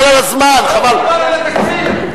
לא מדובר על התקציב.